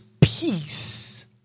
peace